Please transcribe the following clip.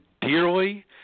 dearly